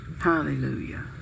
Hallelujah